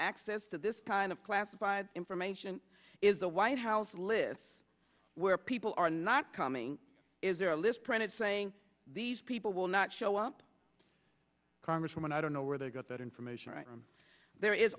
access to this kind of classified information is the white house live where people are not coming is there a list printed saying these people will not show up congresswoman i don't know where they got that information right there is